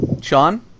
Sean